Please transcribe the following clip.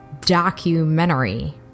documentary